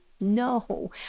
No